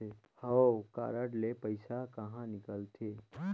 हव कारड ले पइसा कहा निकलथे?